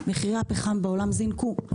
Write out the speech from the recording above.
מחירי הפחם בעולם זינקו,